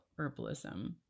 herbalism